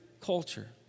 culture